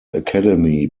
academy